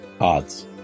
Odds